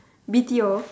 B_T_O